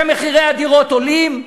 שמחירי הדירות עולים,